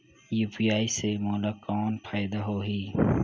UPI से मोला कौन फायदा होही?